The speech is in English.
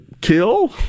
kill